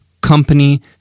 company